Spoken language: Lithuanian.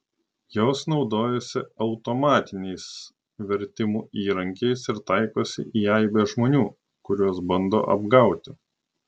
jos naudojasi automatiniais vertimų įrankiais ir taikosi į aibę žmonių kuriuos bando apgauti